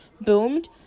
boomed